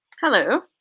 Hello